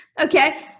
Okay